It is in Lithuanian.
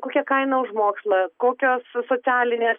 kokia kaina už mokslą kokios socialinės